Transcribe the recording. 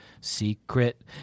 secret